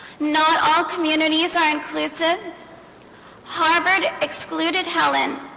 not all communities are inclusive harvard excluded helen